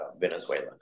Venezuela